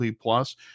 plus